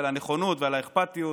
ועל הנכונות ועל האכפתיות,